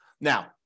Now